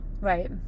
Right